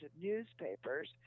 newspapers